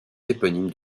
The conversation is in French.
éponyme